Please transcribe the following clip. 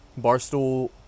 Barstool